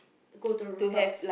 go to the rooftop